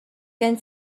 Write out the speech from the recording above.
gen